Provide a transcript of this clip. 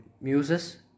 muses